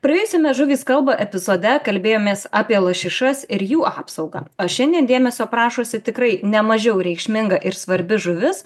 praėjusiame žuvys kalba epizode kalbėjomės apie lašišas ir jų apsaugą o šiandien dėmesio prašosi tikrai ne mažiau reikšminga ir svarbi žuvis